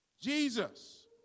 Jesus